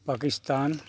Pakistan